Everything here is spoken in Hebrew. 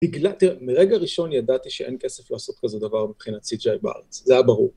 תראה, מרגע ראשון ידעתי שאין כסף לעשות כזה דבר מבחינת CJI בארץ, זה היה ברור.